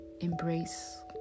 embrace